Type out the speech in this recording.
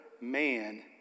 man